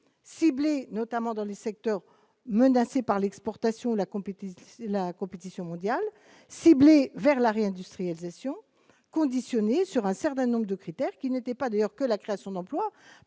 ciblées, notamment dans les secteurs menacé par l'exportation, la compétition, la compétition mondiale ciblée vers la réindustrialisation conditionné sur un certain nombre de critères, qui n'était pas d'ailleurs que la création d'emploi